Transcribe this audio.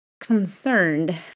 concerned